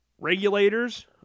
Regulators